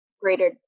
greater